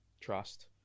trust